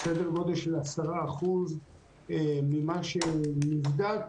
סדר גודל של 9% ממה שנבדק